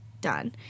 done